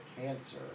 cancer